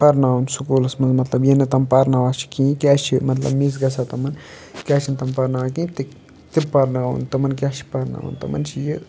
پَرناوُن سکوٗلَس منٛز مطلب ییٚلہِ نہٕ تِم پَرناوان چھِ کِہیٖنٛۍ کیٛاہ چھِ مطلب مِس گژھان تِمَن کیٛاہ چھِنہٕ تِم پَرناوان کِہیٖنٛۍ تہِ تِم پَرناوُن تِمَن کیٛاہ چھِ پَرناوُن تِمَن چھِ یہِ